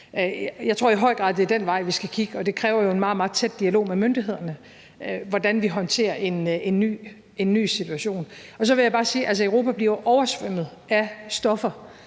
Jeg tror i høj grad, det er den vej, vi skal kigge, og det kræver jo en meget, meget tæt dialog med myndighederne se på, hvordan vi håndterer en ny situation. Så vil jeg bare sige,